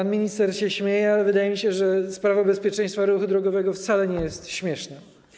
Pan minister się śmieje, ale wydaje mi się, że sprawa bezpieczeństwa ruchu drogowego wcale nie jest śmieszna.